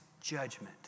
judgment